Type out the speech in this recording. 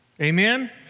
Amen